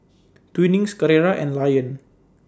Twinings Carrera and Lion